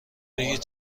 بگید